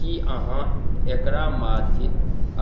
कि अहाँ एकरा माध्य